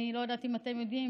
אני לא יודעת אם אתם יודעים,